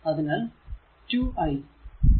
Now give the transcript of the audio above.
അതിനാൽ 2 i